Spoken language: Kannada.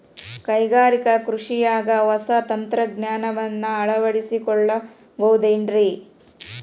ಕೈಗಾರಿಕಾ ಕೃಷಿಯಾಗ ಹೊಸ ತಂತ್ರಜ್ಞಾನವನ್ನ ಅಳವಡಿಸಿಕೊಳ್ಳಬಹುದೇನ್ರೇ?